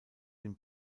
den